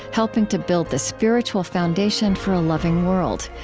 helping to build the spiritual foundation for a loving world.